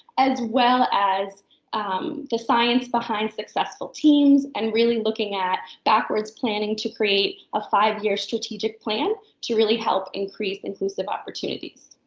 as well as the science behind successful teams and really looking at backwards planning to create a five-year strategic plan to really help increase inclusive opportunities.